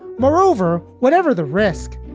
moreover, whatever the risk,